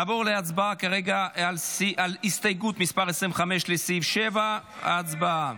נעבור להצבעה על הסתייגות מס' 25, לסעיף 7. הצבעה.